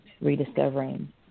rediscovering